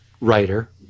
writer